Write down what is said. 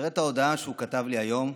תראה את ההודעה שהוא כתב לי היום,